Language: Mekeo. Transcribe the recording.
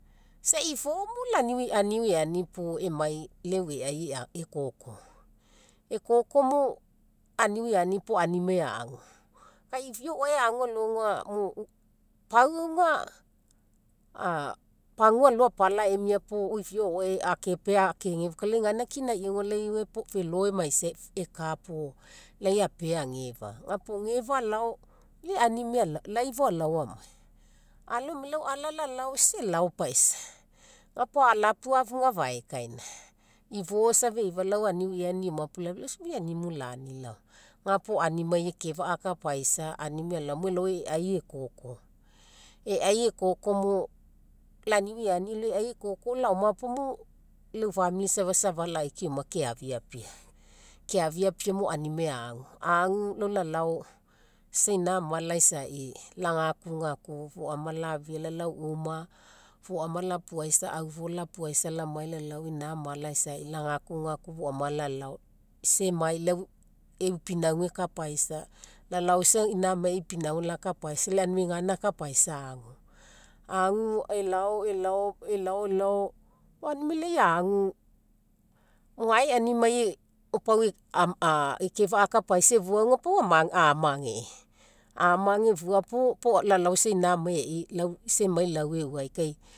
Isa ifomo lau aniu eani puo emai lau e'u e'ai ekoko, ekoko mo aniu eani puo aunimai agu. Iviaoi o'oae alogai agu mo, pau auga pagua alo apala emi puo oi iviao o'oae akepea akegefa kai lai gaina kinaiai auga felo wmaisai eka puo lai apea agefa. Ga puo gefa fa alao, lai aunimai, lai fou alao amai. Alaeoma lau ala lalao isa elao paisa ga puo alapuafuga afaekaina ifo safa eifa lau oi animu lani lau safa oi animu lani laoma. Gapuo aunimai ekefa'a akapaisa aunimai alao mo elao e'ai ekoko, e'ai ekoko lau aniu eani elao e'ai ekoko laoma puo lau famili isa afalai keafiapia, keafiapia mo aunimai agu. Agu laolao, isa ina ama laisa lagakugaku foama lafia lalao uma foama lapuaisa aufo lapuaisa lamai lalao ina ama laisa lagakugaku foama lalao isa emai leu pinauga ekapaisa lau lalao isa ina ama e'i pinauga lakapaisa, lai aunimai gaina akapaisa agu. Agu elao elao elao elao pau aunimai lai agu gae aunimai ekefa'a akapaisa efua auga amage efua puo lalao gae isa ina ama e'i ke isa emai lau euai